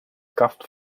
kaft